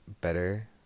better